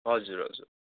हजुर हजुर